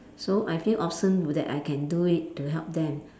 so I feel awesome w~ that I can do it to help them